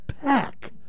pack